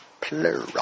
Plural